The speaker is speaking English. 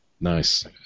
Nice